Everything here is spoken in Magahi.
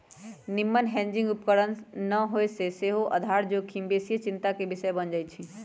निम्मन हेजिंग उपकरण न होय से सेहो आधार जोखिम बेशीये चिंता के विषय बन जाइ छइ